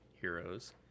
heroes